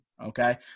okay